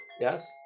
Yes